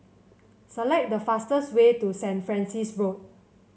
select the fastest way to Saint Francis Road